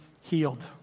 healed